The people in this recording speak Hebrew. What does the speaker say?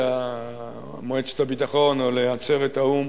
למועצת הביטחון או לעצרת האו"ם